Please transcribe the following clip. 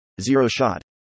zero-shot